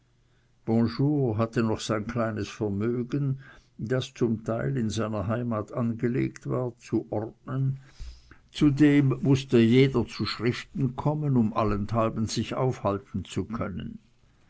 bonjour hatte sein kleines vermögen das zum teil in seiner heimat angelegt war zu ordnen zudem mußte jeder zu schriften kommen um allenthalben sich aufhalten zu können